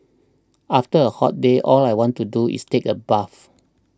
after a hot day all I want to do is take a bath